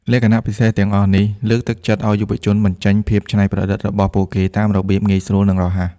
លក្ខណៈពិសេសទាំងអស់នេះ លើកទឹកចិត្តឱ្យយុវជនបញ្ចេញភាពច្នៃប្រឌិត របស់ពួកគេតាមរបៀបងាយស្រួល និងរហ័ស។